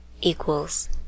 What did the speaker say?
equals